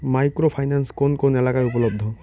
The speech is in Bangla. মাইক্রো ফাইন্যান্স কোন কোন এলাকায় উপলব্ধ?